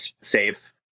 safe